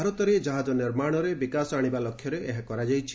ଭାରତରେ ଜାହାଜ ନିର୍ମାଣରେ ବିକାଶ ଆଣିବା ଲକ୍ଷ୍ୟରେ ଏହା କରାଯାଇଛି